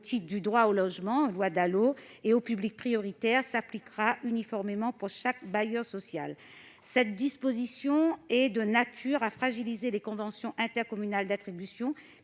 au titre du droit au logement opposable issu de la loi DALO et aux publics prioritaires s'appliquera uniformément pour chaque bailleur social. Cette disposition est de nature à fragiliser les conventions intercommunales d'attribution,